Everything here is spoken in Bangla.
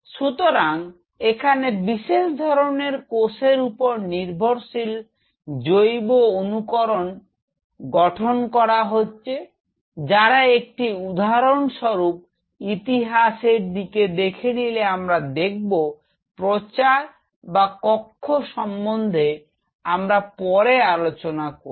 সুতরাং এখানে বিশেষ ধরনের কোষের উপর নির্ভরশীল জৈব অনুকরণ গঠন করা হচ্ছে যারা একটি উদাহরণ রূপ ইতিহাসের দিকে দেখে নিলে আমরা দেখব প্রচার বা কক্ষ সম্বন্ধে আমরা পরে আলোচনা করব